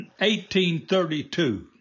1832